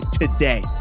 today